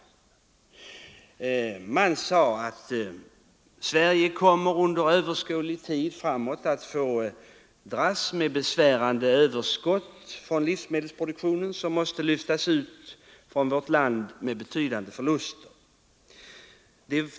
Man sade att Sverige under överskådlig tid kommer att få dras med ett besvärande överskott av livsmedelsprodukter som måste lyftas ut från vårt land med betydande förluster.